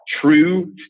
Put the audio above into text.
true